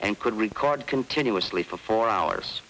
and could record continuously for four hours